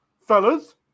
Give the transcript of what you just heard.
Fellas